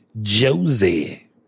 Josie